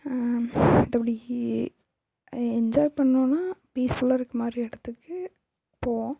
மற்றப்படிக்கி enjoy பண்ணுன்னா பீஸ்ஃபுல்லாக இருக்கிற மாதிரி இடத்துக்கு போவோம்